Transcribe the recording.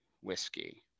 whiskey